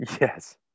Yes